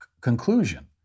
conclusion